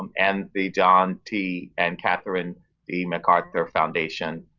um and the john t. and catherine d. macarthur foundation,